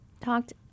talked